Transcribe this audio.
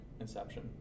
Inception